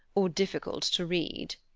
or difficult to read.